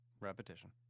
Repetition